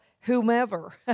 whomever